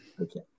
Okay